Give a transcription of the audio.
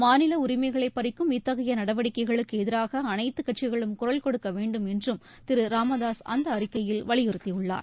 மாநில உரிமைகளை பறிக்கும் இத்தகைய நடவடிக்கைகளுக்கு எதிராக அனைத்துக் கட்சிகளும் குரல் கொடுக்க வேண்டும் என்றும் திரு ராமதாசு அந்த அறிக்கையில் வலியுறுத்தியுள்ளார்